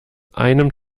einem